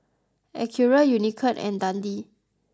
Acura Unicurd and Dundee